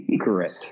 Correct